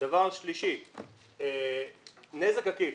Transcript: דבר נוסף זה נזק עקיף